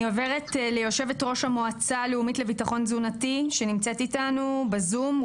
אני עוברת ליו"ר המועצה הלאומית לביטחון תזונתי שנמצאת איתנו בזום,